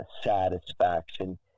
satisfaction